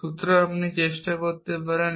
সুতরাং আপনি চেষ্টা করতে পারেন